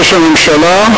ראש הממשלה,